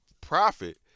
profit